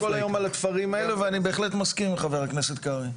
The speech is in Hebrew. -- כל היום על התפרים האלה ואני בהחלט מסכים עם חבר הכנסת קרעי.